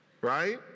right